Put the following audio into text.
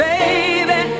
Baby